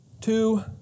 two